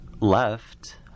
left